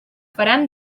faran